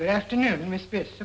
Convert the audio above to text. the afternoon misfits